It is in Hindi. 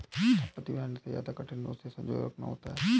संपत्ति बनाने से ज्यादा कठिन उसे संजोए रखना होता है